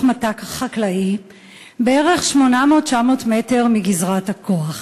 מטע חקלאי בערך 800 900 מטר מגזרת הכוח.